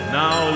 now